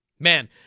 Man